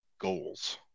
goals